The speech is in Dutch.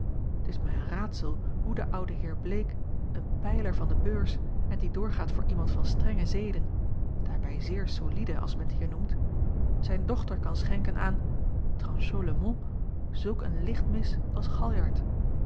t is mij een raadsel hoe de oude heer bleek een pijler van de beurs en die doorgaat voor iemand van strenge zeden daarbij zeer soliede als men t hier noemt zijn dochter kan schenken aan tranchons le mot zulk een lichtmis als